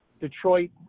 detroit